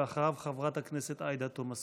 אחריו, חברת הכנסת עאידה תומא סלימאן.